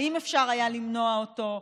האם אפשר היה למנוע אותו,